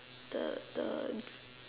the the